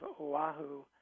Oahu